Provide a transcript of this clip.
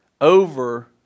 over